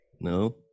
no